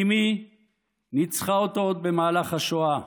אימי ניצחה אותו עוד במהלך השואה,